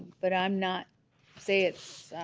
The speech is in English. but i'm not say it's i